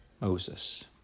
Moses